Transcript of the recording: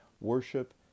worship